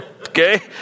Okay